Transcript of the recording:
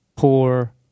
poor